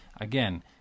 again